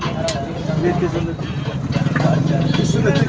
ಗೋಂಜಾಳ ಸುಲಂಗಿ ಹೊಡೆಯುವಾಗ ವಾತಾವರಣ ಹೆಂಗ್ ಇದ್ದರ ಫಸಲು ಜಾಸ್ತಿ ಬರತದ ರಿ?